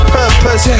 purpose